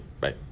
bye